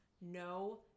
No